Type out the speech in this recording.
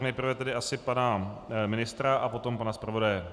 Nejprve asi pana ministra a potom pana zpravodaje.